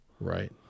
Right